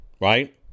right